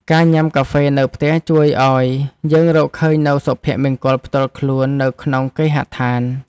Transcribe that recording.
ការញ៉ាំកាហ្វេនៅផ្ទះជួយឱ្យយើងរកឃើញនូវ សុភមង្គលផ្ទាល់ខ្លួននៅក្នុងគេហដ្ឋាន។